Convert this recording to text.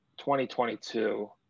2022